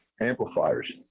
amplifiers